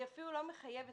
היא אפילו לא מחייבת.